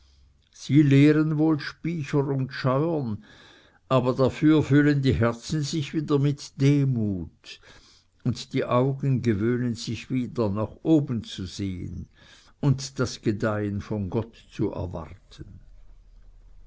sie leeren wohl spycher und scheuren aber dafür füllen die herzen sich wieder mit demut und die augen gewöhnen sich wieder nach oben zu sehen und das gedeihen von gott zu erwarten